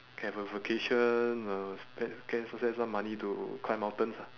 have a vacation uh spend g~ s~ spend some money to climb mountains ah